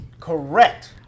Correct